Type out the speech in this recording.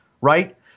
Right